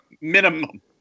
minimum